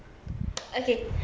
okay